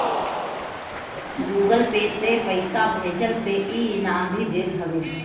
Google Pay से पईसा भेजला पे इ इनाम भी देत हवे